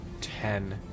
ten